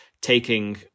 taking